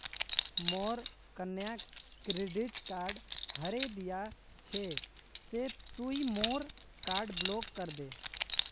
मोर कन्या credit card हरें दिया छे से तुई मोर कार्ड ब्लॉक करे दे